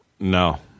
No